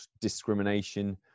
discrimination